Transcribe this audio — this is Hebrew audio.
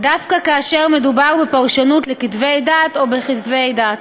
דווקא כאשר מדובר בפרשנות לכתבי דת או בכתבי דת.